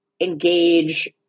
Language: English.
engage